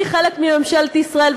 אני חלק מממשלת ישראל,